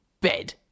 bed